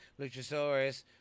Luchasaurus